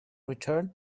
returned